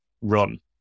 run